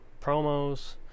promos